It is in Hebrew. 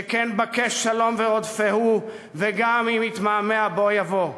שכן, בקש שלום ורודפהו, וגם אם יתמהמה בוא יבוא.